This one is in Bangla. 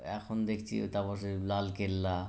এখন দেখছি তারপর সেই লালকেল্লা